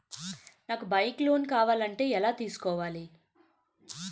నాకు bike loan కావాలంటే ఎలా తీసుకోవాలి?